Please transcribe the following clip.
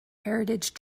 heritage